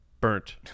burnt